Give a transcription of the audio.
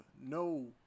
no